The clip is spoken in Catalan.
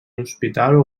hospital